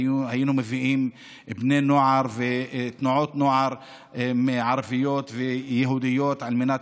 והיינו מביאים בני נוער ותנועות נוער ערביות ויהודיות על מנת